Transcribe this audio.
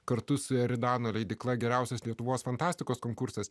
kartu su eridano leidykla geriausias lietuvos fantastikos konkursas